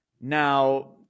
Now